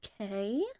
Okay